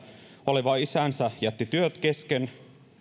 oleva isänsä jätti työt kesken